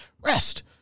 rest